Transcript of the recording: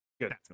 good